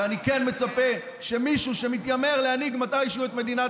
ואני כן מצפה שמישהו שמתיימר להנהיג מתישהו את מדינת